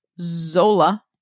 zola